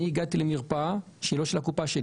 אני הגעתי למרפאה שהיא לא של הקופה שלי.